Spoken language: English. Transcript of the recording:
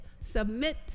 submit